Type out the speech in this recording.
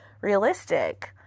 realistic